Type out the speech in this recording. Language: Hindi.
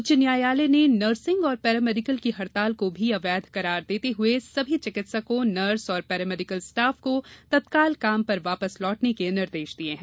उच्च न्यायालय ने नर्सिंग और पैरामेडिकल की हड़ताल को भी अवैध करार देते हुए सभी चिकित्सकों नर्स और पैरामेडिकल स्टाफ को तत्काल काम पर वापस लौटने के निर्देश दिये हैं